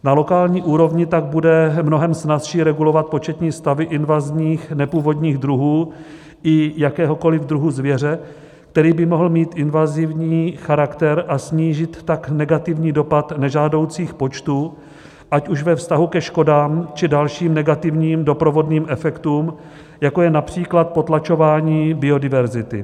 Na lokální úrovni tak bude mnohem snazší regulovat početní stavy invazních nepůvodních druhů i jakéhokoliv druhu zvěře, který by mohl mít invazivní charakter, a snížit tak negativní dopad nežádoucích počtů, ať už ve vztahu ke škodám či dalším negativním doprovodným efektům, jako je například potlačování biodiverzity.